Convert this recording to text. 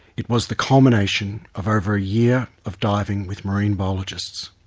it was the culmination of over a year of diving with marine biologists,